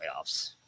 playoffs